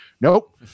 Nope